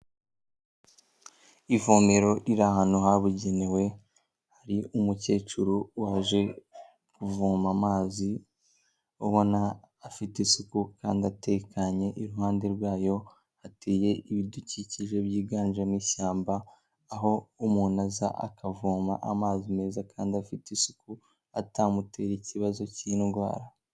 Ivomero riri ahantu habugenewe, hari umukecuru waje kuvoma amazi ubona afite isuku kandi atekanye, iruhande rwayo hateye ibidukikije byiganje mo ishyamba, aho umuntu aza akavoma amazi meza kandi afite isuku atamutera ikibazo cy'indwara.